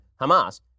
Hamas